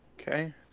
Okay